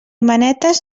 manetes